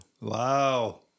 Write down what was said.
Wow